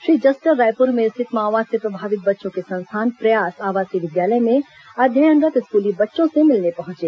Shri Juster Raipur में स्थित माओवाद से प्रभावित बच्चों के संस्थान प्रयास आवासीय विद्यालय में अध्ययनरत् स्कूली बच्चों से मिलने पहुंचे